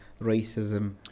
racism